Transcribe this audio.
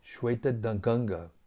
Shweta-danganga